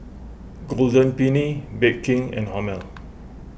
Golden Peony Bake King and Hormel